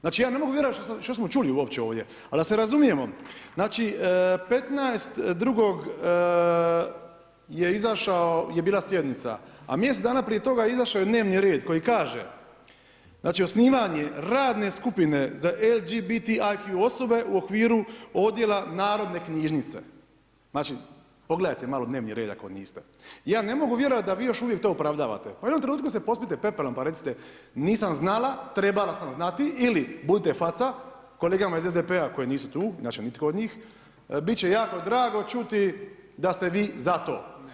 Znači, ja ne mogu vjerovat što smo čuli uopće ovdje, ali da se razumijemo, znači petnaest drugog je izašao, je bila sjednica, a mjesec dana prije toga je izašao dnevni red koji kaže: znači osnivanje radne skupine za LGBTIQ osobe u okviru odjela narodne knjižnice, znači pogledajte malo dnevni red, ako niste, ja ne mogu vjerovat da Vi to još opravdate pa u jednom trenutku se pospite pepelom pa recite, nisam znala, trebala sam znati ili budite faca kolegama iz SDP-a koji nisu tu, znači nitko od njih, bit će jako drago čuti da ste Vi za to.